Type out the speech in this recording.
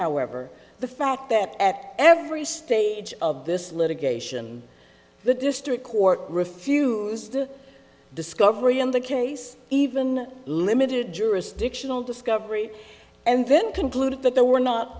however the fact that at every stage of this litigation the district court refused to discovery in the case even limited jurisdictional discovery and then concluded that there were not